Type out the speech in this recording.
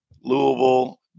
Louisville